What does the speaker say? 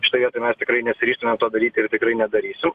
šitoj mes tikrai nesiryžtumėm to daryti ir tikrai nedarysiu